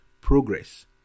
progress